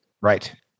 Right